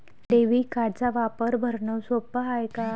Debit कार्डचा वापर भरनं सोप हाय का?